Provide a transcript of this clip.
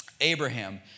Abraham